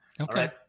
Okay